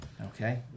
Okay